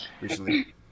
recently